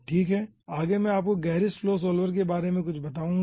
ठीक है आगे मैं आपको गेरिस फ्लो सॉल्वर के बारे में कुछ बताऊंगा